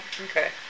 Okay